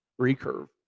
recurve